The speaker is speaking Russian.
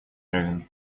левин